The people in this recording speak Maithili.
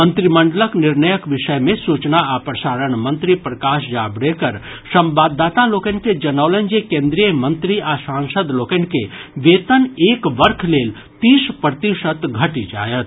मंत्रिमंडलक निर्णयक विषय मे सूचना आ प्रसारण मंत्री प्रकाश जावड़ेकर संवाददाता लोकनि के जनौलनि जे केन्द्रीय मंत्री आ सांसद लोकनि के वेतन एक वर्ष लेल तीस प्रतिशत घटि जायत